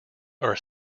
are